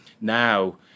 now